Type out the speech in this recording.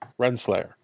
Renslayer